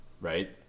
right